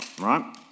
right